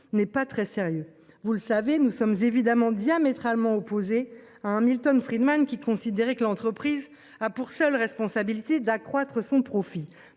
n'est pas très sérieux. Vous le savez, nous sommes évidemment diamétralement opposées à Milton Friedman qui considéraient que l'entreprise a pour seule responsabilité d'accroître son profit